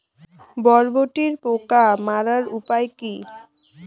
বরবটির পোকা মারার উপায় কি?